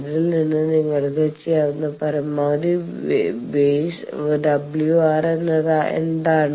അതിൽ നിന്ന് നിങ്ങൾക്ക് ചെയ്യാവുന്ന പരമാവധി ബേസ് W r എന്താണ്